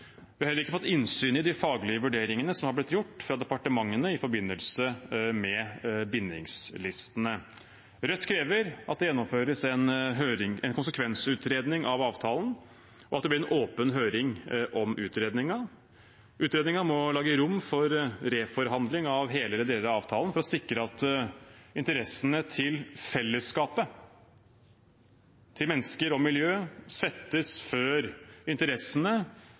Vi har heller ikke fått innsyn i de faglige vurderingene som har blitt gjort fra departementene i forbindelse med bindingslistene. Rødt krever at det gjennomføres en konsekvensutredning av avtalen, og at det blir en åpen høring om utredningen. Utredningen må lage rom for reforhandling av hele eller deler av avtalen for å sikre at interessene til fellesskapet, til mennesker og miljø, settes foran interessene